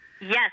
Yes